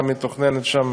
גם מתוכננת לי שם